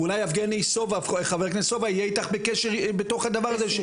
אולי חבר הכנסת סובה יהיה איתך בקשר בתוך הדבר הזה.